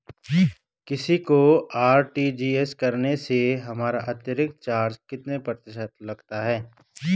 किसी को आर.टी.जी.एस करने से हमारा अतिरिक्त चार्ज कितने प्रतिशत लगता है?